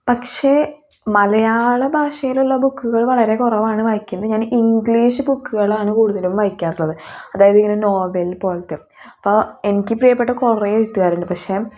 പക്ഷേ മലയാള ഭാഷയിലുള്ള ബുക്ക്കൾ വളരെ കുറവാണ് വായിക്കുന്നത് ഞാൻ ഇംഗ്ലീഷ് ബുക്കുകളാണ് കൂടുതലും വായിക്കാറുള്ളത് അതായത് ഇങ്ങനെ നോവൽ പോലത്തെ അപ്പം എനിക്ക് പ്രിയപ്പെട്ട കുറെ എഴുത്തുകാരുണ്ട് പക്ഷേ